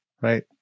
right